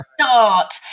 start